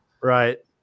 Right